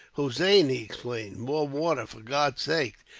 hossein, he exclaimed, more water, for god's sake!